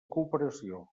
cooperació